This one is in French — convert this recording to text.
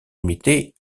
imiter